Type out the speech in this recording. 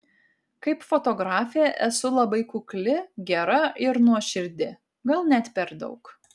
kaip fotografė esu labai kukli gera ir nuoširdi gal net per daug